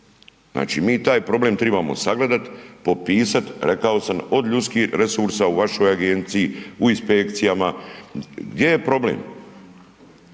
Znači mi taj problem tribamo sagledat, popisat rekao sam od ljudskih resursa u vašoj agenciji u inspekcijama. Gdje je problem?